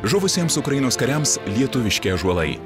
žuvusiems ukrainos kariams lietuviški ąžuolai